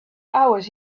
hours